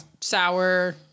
sour